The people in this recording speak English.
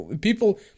people